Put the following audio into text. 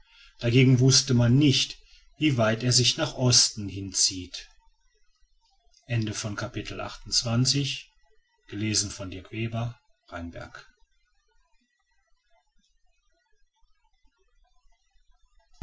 dagegen wußte man nicht wie weit er sich nach osten hinzieht